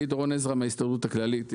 אני דורון עזרא מההסתדרות הכללית,